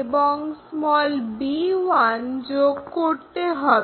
এবং b1 যোগ করতে হবে